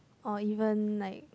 or even like